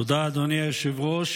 תודה, אדוני היושב-ראש.